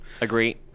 Agree